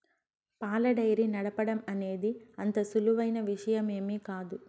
పాల డెయిరీ నడపటం అనేది అంత సులువైన విషయమేమీ కాదు